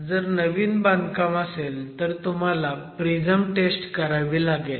जर नवीन बांधकाम असेल तर तुम्हाला प्रिझम टेस्ट करावी लागेल